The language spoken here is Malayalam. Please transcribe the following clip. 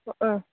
ഒ ആ